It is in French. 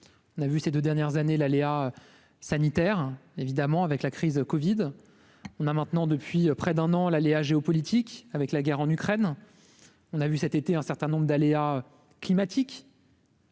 on a vu ces 2 dernières années l'aléas sanitaires évidemment avec la crise Covid on a maintenant depuis près d'un an, l'aléa géopolitique avec la guerre en Ukraine, on a vu cet été, un certain nombre d'aléas climatiques.